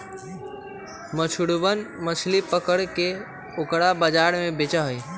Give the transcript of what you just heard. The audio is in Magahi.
मछुरवन मछली पकड़ के ओकरा बाजार में बेचा हई